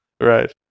Right